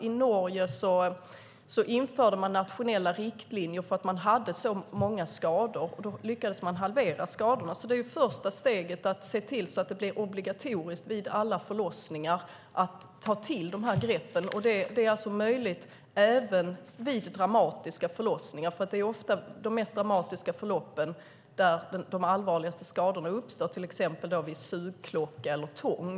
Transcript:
I Norge införde man nationella riktlinjer därför att det var så många skador, och man lyckades halvera antalet skador. Det första steget är att se till att det blir obligatoriskt vid alla förlossningar att ta till det greppet. Det är alltså möjligt även vid dramatiska förlossningar, för det är ofta vid de mest dramatiska förloppen som de allvarligaste skadorna uppstår, till exempel vid förlossning med sugklocka eller tång.